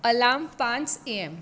alarm पांच A M